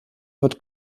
wird